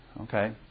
okay